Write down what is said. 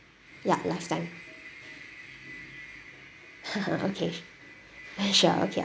ya lifetime okay s~ sure okay